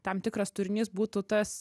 tam tikras turinys būtų tas